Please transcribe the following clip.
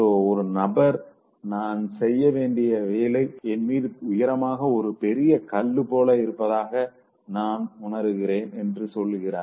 so ஒரு நபர் நான் செய்ய வேண்டிய வேலை என்மீது உயரமாக ஒரு பெரிய கல்லு போல இருப்பதாக நா உணருகிறேன் என்று சொல்கிறார்